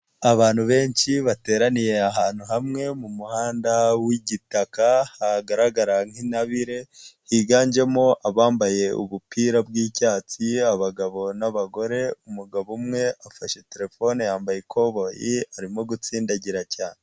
Abantu benshi bateraniye ahantu hamwe mumuhanda w'igitaka hagaragara nk'intabire, higanjemo abambaye ubupira bw'icyatsi, abagabo n'abagore, umugabo umwe afashe terefone, yambaye ikoboyi, arimo gutsindagira cyane.